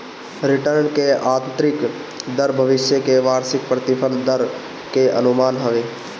return की आतंरिक दर भविष्य के वार्षिक प्रतिफल दर कअ अनुमान हवे